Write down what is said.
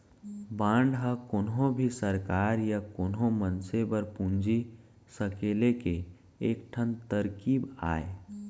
bond ह कोनो भी सरकार या कोनो मनसे बर पूंजी सकेले के एक ठन तरकीब अय